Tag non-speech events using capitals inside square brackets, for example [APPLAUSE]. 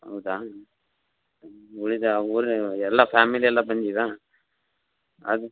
ಹೌದಾ ಉಳಿದ ಊರು [UNINTELLIGIBLE] ಎಲ್ಲ ಫ್ಯಾಮಿಲಿ ಎಲ್ಲ ಬಂದೀವಾ ಅದು